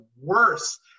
worse